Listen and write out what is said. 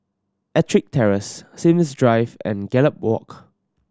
Ettrick Terrace Sims Drive and Gallop Walk